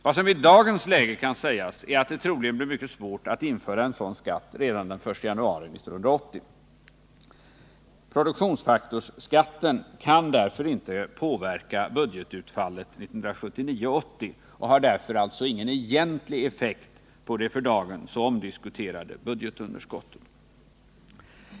Vad som i dagens läge kan sägas är att det troligen blir mycket svårt att införa en sådan skatt redan den 1 januari 1980. Produktionsfaktorsskatten kan därför inte påverka budgetutfallet 1979/80 och har därför ingen egentlig effekt på det för dagen så omdiskuterade budgetunderskottet.